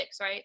right